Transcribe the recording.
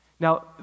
Now